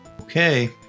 Okay